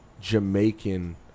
Jamaican